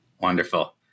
Wonderful